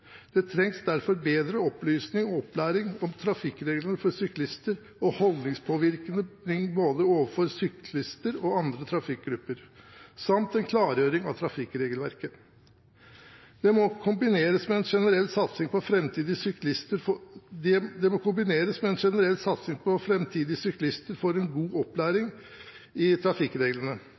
Det trengs derfor bedre opplysning og opplæring om trafikkreglene for syklister, holdningspåvirkning overfor både syklister og andre trafikantgrupper samt en klargjøring av trafikkregelverket. Det må kombineres med en generell satsing på at framtidige syklister